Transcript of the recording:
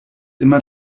immer